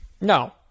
No